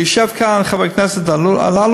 יושב כאן חבר הכנסת אלאלוף,